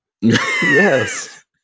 yes